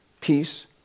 peace